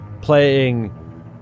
playing